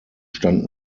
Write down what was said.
stand